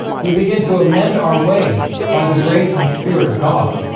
we begin to amend our ways by the grace and spirit of god